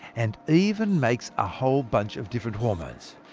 and even makes a whole bunch of different hormones.